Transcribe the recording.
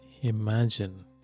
imagine